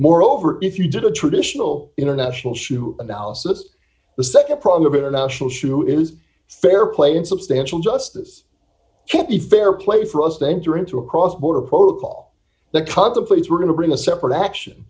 moreover if you did a traditional international shoe analysis the nd prong of international issue is fair play in substantial justice can't be fair play for us to enter into a cross border protocol that contemplates we're going to bring a separate action